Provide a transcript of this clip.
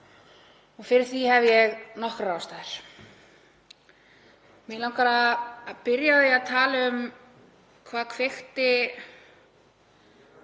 Fyrir því hef ég nokkrar ástæður. Mig langar að byrja á að tala um hvað kveikti